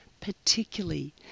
particularly